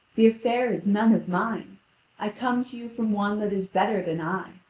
the affair is none of mine i come to you from one that is better than i,